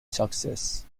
success